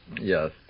yes